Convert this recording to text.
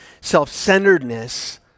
self-centeredness